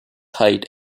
height